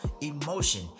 emotion